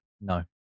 No